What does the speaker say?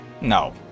No